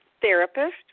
therapist